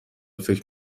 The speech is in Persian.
فکر